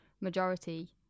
majority